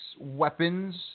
weapons